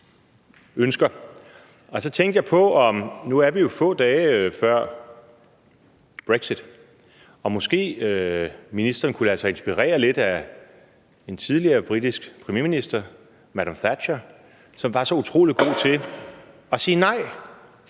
så tænkte jeg på – nu er vi jo få dage før brexit – om ministeren måske kunne lade sig inspirere lidt af en tidligere britisk premierminister, madam Thatcher, som var så utrolig god til at sige nej.